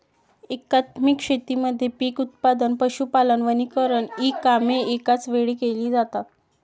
एकात्मिक शेतीमध्ये पीक उत्पादन, पशुपालन, वनीकरण इ कामे एकाच वेळी केली जातात